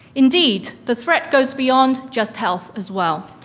indeed, the threat goes beyond just health as well.